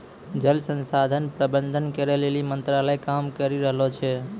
जल संसाधन प्रबंधन करै लेली मंत्रालय काम करी रहलो छै